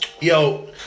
yo